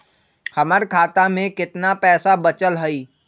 हमर खाता में केतना पैसा बचल हई?